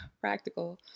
Practical